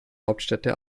hauptstädte